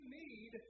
need